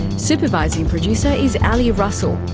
supervising producer is ali russell.